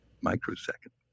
microsecond